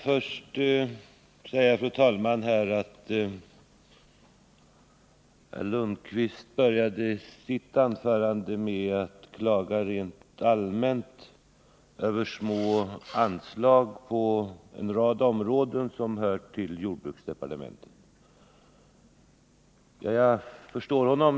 Fru talman! Herr Lundkvist inledde sitt anförande med att rent allmänt klaga över små anslag på en rad områden som hör till jordbruksdepartementet. Jag förstår honom.